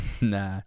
nah